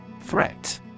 Threat